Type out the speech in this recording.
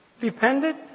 dependent